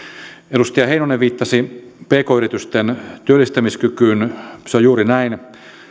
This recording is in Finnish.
edustaja heinonen viittasi pk yritysten työllistämiskykyyn se on juuri näin